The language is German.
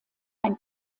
ein